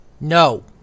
No